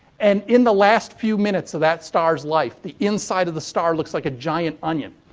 and, in the last few minutes of that star's life, the inside of the star looks like a giant onion.